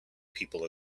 people